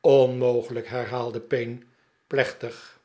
onmogelijk herhaalde payne plechtig